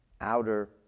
outer